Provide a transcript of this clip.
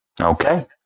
Okay